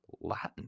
Latin